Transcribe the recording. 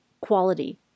quality